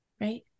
right